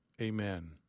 Amen